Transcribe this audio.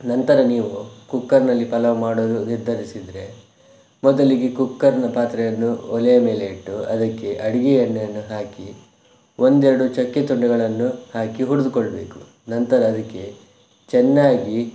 ನಂತರ ನೀವು ಕುಕ್ಕರ್ನಲ್ಲಿ ಪಲಾವ್ ಮಾಡಲು ನಿರ್ಧರಿಸಿದರೆ ಮೊದಲಿಗೆ ಕುಕ್ಕರ್ನ ಪಾತ್ರೆಯನ್ನು ಒಲೆಯ ಮೇಲೆ ಇಟ್ಟು ಅದಕ್ಕೆ ಅಡುಗೆ ಎಣ್ಣೆಯನ್ನು ಹಾಕಿ ಒಂದೆರಡು ಚಕ್ಕೆ ತುಂಡುಗಳನ್ನು ಹಾಕಿ ಹುರಿದುಕೊಳ್ಬೇಕು ನಂತರ ಅದಕ್ಕೆ ಚೆನ್ನಾಗಿ